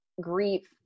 grief